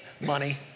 money